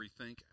rethink